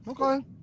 Okay